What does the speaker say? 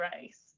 race